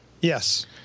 Yes